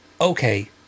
okay